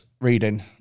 reading